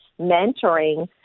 mentoring